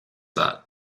that